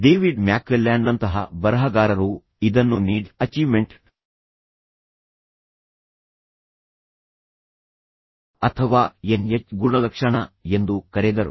David ಮ್ಯಾಕ್ಕ್ಲೆಲ್ಯಾಂಡ್ನಂತಹ ಬರಹಗಾರರು ಇದನ್ನು ನೀಡ್ ಅಚೀವ್ಮೆಂಟ್ "Need Achievement" ಅಥವಾ ಎನ್ಎಚ್ ಗುಣಲಕ್ಷಣ ಎಂದು ಕರೆದರು